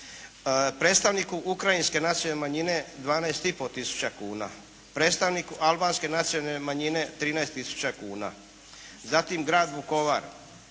Predstavniku ukrajinske nacionalne manjine 12,5 tisuća kuna. Predstavniku albanske nacionalne manjine 13 tisuća kuna. Zatim grad Vukovar